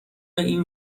این